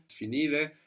Finire